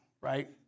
right